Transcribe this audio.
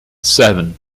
seven